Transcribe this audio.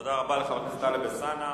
תודה רבה לחבר הכנסת טלב אלסאנע.